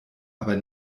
aber